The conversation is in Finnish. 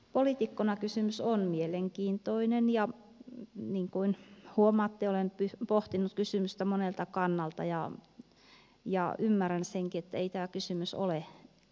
poliitikolle kysymys on mielenkiintoinen ja niin kuin huomaatte olen pohtinut kysymystä monelta kannalta ja ymmärrän senkin ettei tämä kysymys ole helppo